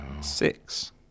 Six